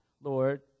Lord